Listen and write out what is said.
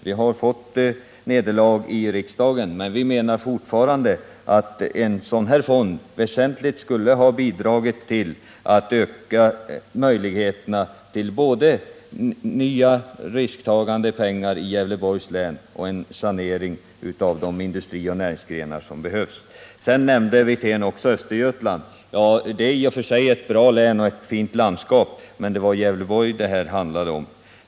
Vi har lidit nederlag i riksdagen, men vi menar fortfarande att en sådan här fond väsentligt skulle ha bidragit till att öka möjligheterna till både nya risktagande pengar i Gävleborgs län och en sanering av de industrioch näringsgrenar som behövs. Sedan nämnde Rolf Wirtén även Östergötland. Det är i och för sig ett bra län och ett fint landskap. Men det var Gävleborg som det här handlade om.